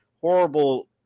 horrible